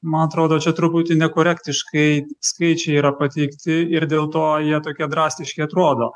man atrodo čia truputį nekorektiškai skaičiai yra pateikti ir dėl to jie tokie drastiški atrodo